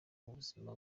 ubuzima